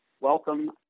Welcome